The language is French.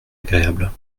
agréable